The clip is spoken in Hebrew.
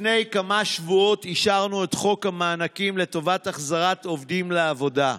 לפני כמה שבועות אישרנו את חוק המענקים לטובת החזרת עובדים לעבודה.